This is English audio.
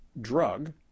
drug